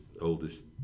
oldest